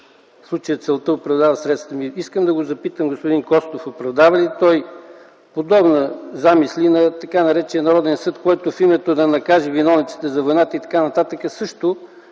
в случая целта оправдава средствата. Искам да запитам господин Костов: оправдава ли той подобни замисли на така наречения Народен съд, който в името да накаже виновниците за войната и така нататък също